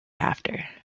after